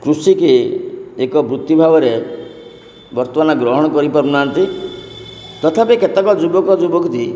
କୃଷିକୁ ଏକ ବୃତ୍ତି ଭାବରେ ବର୍ତ୍ତମାନ ଗ୍ରହଣ କରିପାରୁନାହାନ୍ତି ତଥାପି କେତେକ ଯୁବକ ଯୁବତୀ